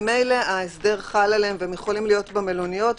ממילא ההסדר חל עליהם והם יכולים להיות במלוניות.